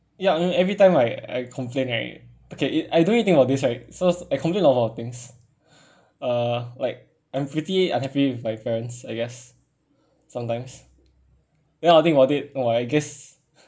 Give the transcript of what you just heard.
ya every time I I complain right okay I don't need think about this right so I complain about a lot of things uh like I'm pretty unhappy with my parents I guess sometimes then I'll think about it !wah! I guess